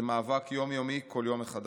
זה מאבק יום-יומי כל יום מחדש.